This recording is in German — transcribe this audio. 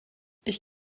ich